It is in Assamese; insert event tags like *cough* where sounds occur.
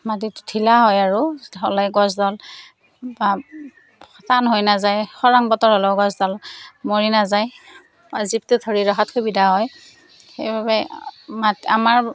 মাটিতো ঢিলা হয় আৰু হ'লে গছডাল *unintelligible* টান হৈ নাযায় খৰাং বতৰ হ'লেও গছডাল মৰি নাযায় আৰু জীপটো ধৰি ৰাখাত সুবিধা হয় সেইবাবে *unintelligible* আমাৰ